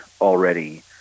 already